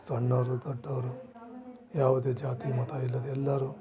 ಸಣ್ಣೊರು ದೊಡ್ಡೋರು ಯಾವುದೇ ಜಾತಿ ಮತಯಿಲ್ಲದೆ ಎಲ್ಲರು